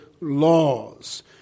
laws